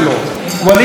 וליד אבו סייף,